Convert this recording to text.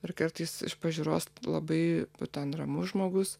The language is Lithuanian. ir kartais iš pažiūros labai jau ten ramus žmogus